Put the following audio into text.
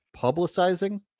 publicizing